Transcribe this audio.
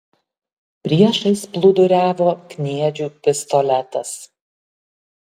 priešais plūduriavo kniedžių pistoletas